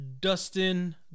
Dustin